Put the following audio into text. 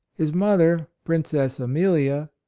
his mother, princess amelia,